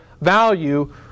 value